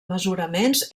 mesuraments